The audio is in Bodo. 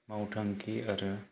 मावथांखि आरो